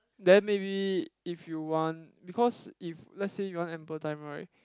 then maybe if you want because if let's say you want ample time right